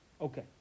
Okay